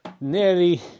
Nearly